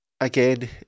again